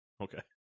Okay